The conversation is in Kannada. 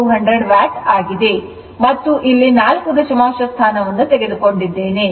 ಇದು 2200 ವ್ಯಾಟ್ ಆಗಿದೆ ಮತ್ತು ಇಲ್ಲಿ ನಾಲ್ಕು ದಶಮಾಂಶ ಸ್ಥಾನವನ್ನು ತೆಗೆದುಕೊಂಡಿದ್ದೇನೆ